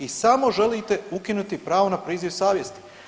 I samo želite ukinuti pravo na priziv savjesti.